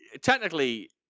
technically